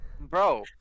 Bro